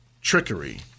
trickery